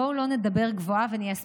בואו לא נדבר גבוהה, ונהיה ספציפיים: